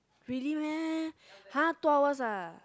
really meh !huh! two hours ah